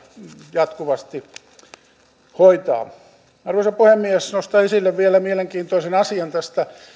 jatkuvasti hoitaa arvoisa puhemies nostan esille vielä mielenkiintoisen asian tästä